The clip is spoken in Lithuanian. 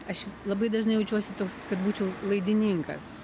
aš labai dažnai jaučiuosi toks kad būčiau laidininkas